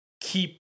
keep